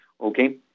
Okay